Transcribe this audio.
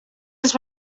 als